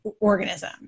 organism